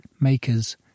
makers